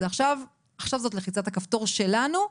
עכשיו זו לחיצת הכפתור שלנו.